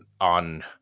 on